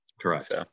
Correct